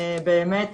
באמת